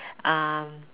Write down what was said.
um